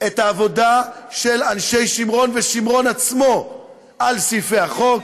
את העבודה של אנשי שמרון ושמרון עצמו על סעיפי החוק,